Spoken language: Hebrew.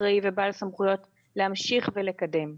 אחראי ובעל סמכויות להמשיך ולקדם.